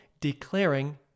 declaring